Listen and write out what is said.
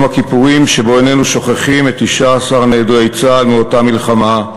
יום הכיפורים שבו איננו שוכחים את 19 נעדרי צה"ל מאותה מלחמה,